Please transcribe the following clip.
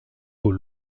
aux